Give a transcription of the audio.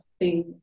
see